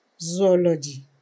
zoology